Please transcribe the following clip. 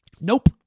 Nope